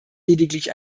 lediglich